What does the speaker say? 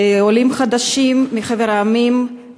עולים חדשים מחבר המדינות,